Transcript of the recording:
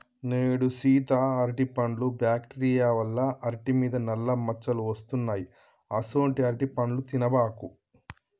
నేడు సీత అరటిపండ్లు బ్యాక్టీరియా వల్ల అరిటి మీద నల్ల మచ్చలు వస్తున్నాయి అసొంటీ అరటిపండ్లు తినబాకు